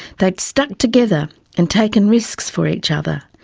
they'd stuck together and taken risks for each other.